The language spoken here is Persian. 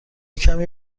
کمی